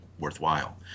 worthwhile